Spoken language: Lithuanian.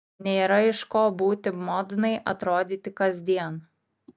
nėra iš ko būti modnai atrodyti kasdien